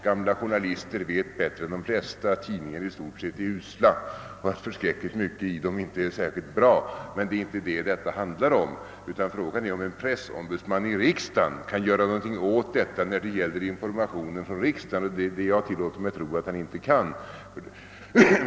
Gamla journalister vet bättre än de flesta, att tidningar i stort sett är usla och att förskräckligt mycket i dem inte är särskilt bra. Men det är inte detta denna debatt handlar om, utan frågan är huruvida en riksdagens pressombudsman kan göra någonting åt detta när det gäller informationen om riksdagen. Och det är det jag tillåter mig tro att han inte kan.